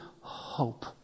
hope